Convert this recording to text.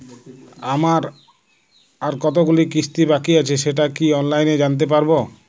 আমার আর কতগুলি কিস্তি বাকী আছে সেটা কি অনলাইনে জানতে পারব?